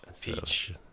Peach